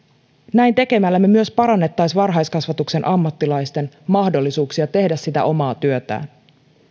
näin tekemällä me myös parantaisimme varhaiskasvatuksen ammattilaisten mahdollisuuksia tehdä sitä omaa työtään